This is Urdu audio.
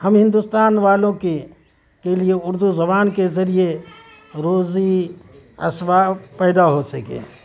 ہم ہندوستان والوں کے کے لیے اردو زبان کے ذریعے روزی اسباب پیدا ہو سکیں